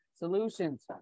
Solutions